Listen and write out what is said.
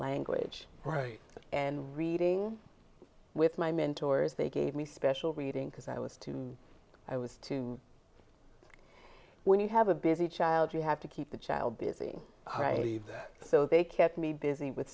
language and reading with my mentors they gave me special reading because i was too i was too when you have a busy child you have to keep the child busy so they kept me busy with